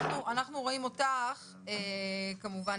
אנחנו רואים אותך כמובן,